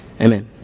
Amen